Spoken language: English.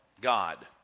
God